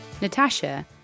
Natasha